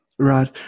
Right